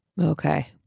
Okay